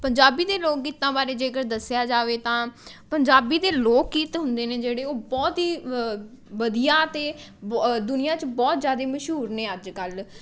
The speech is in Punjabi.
ਪੰਜਾਬੀ ਦੇ ਲੋਕ ਗੀਤਾਂ ਬਾਰੇ ਜੇਕਰ ਦੱਸਿਆ ਜਾਵੇ ਤਾਂ ਪੰਜਾਬੀ ਦੇ ਲੋਕ ਗੀਤ ਹੁੰਦੇ ਨੇ ਜਿਹੜੇ ਉਹ ਬਹੁਤ ਹੀ ਵਧੀਆ ਅਤੇ ਬ ਦੁਨੀਆਂ ਚ ਬਹੁਤ ਜ਼ਿਆਦਾ ਮਸ਼ਹੂਰ ਨੇ ਅੱਜ ਕੱਲ੍ਹ